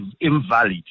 invalid